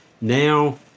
Now